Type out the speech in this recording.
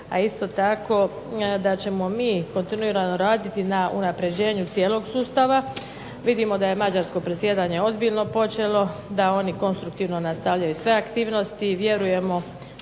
a isto tako da ćemo mi kontinuirano raditi na unapređenju cijelog sustava. Vidimo da je mađarsko predsjedanje ozbiljno počelo, da oni konstruktivno nastavljaju sve aktivnosti i vjerujemo